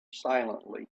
silently